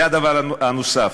והדבר הנוסף,